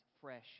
fresh